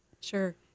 Sure